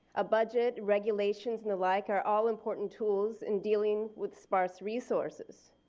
a budget regulations and the like are all important tools and dealing with sparse resources.